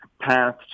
path